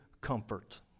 comfort